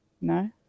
No